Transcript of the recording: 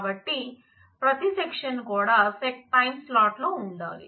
కాబట్టి ప్రతి సెక్షన్ కూడా sec టైమ్ స్లాట్ లో ఉండాలి